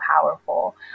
powerful